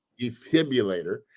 defibrillator